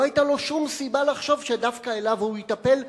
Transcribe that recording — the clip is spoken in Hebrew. לא היתה לו שום סיבה לחשוב שדווקא אליו הוא ייטפל.